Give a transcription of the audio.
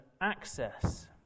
access